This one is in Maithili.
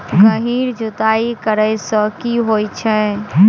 गहिर जुताई करैय सँ की होइ छै?